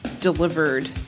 delivered